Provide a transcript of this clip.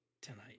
tonight